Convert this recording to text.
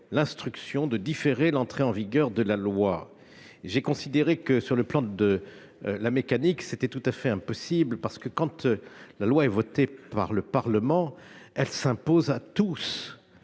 l'instruction de différer l'entrée en vigueur de la loi. J'ai considéré que, sur le plan de la mécanique, c'était tout à fait impossible. En effet, quand la loi est votée par le Parlement, elle s'impose à tous.